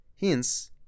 hence